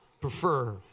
prefer